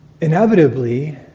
Inevitably